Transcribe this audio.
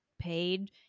paid